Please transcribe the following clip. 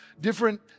different